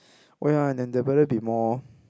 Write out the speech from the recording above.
oh ya and there better be more